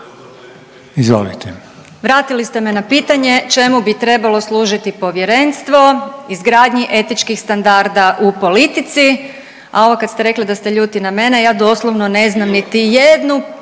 Vratili ste me na pitanje čemu bi trebalo služiti povjerenstvo izgradnji etičkih standarda u politici, a ovo kad ste rekli da ste ljuti na mene ja doslovno ne znam niti jednu